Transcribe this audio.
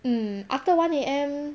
mm after one A_M